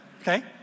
okay